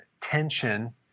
tension